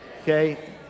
Okay